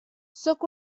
sóc